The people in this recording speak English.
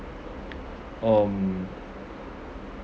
um